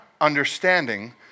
understanding